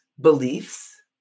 beliefs